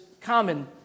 common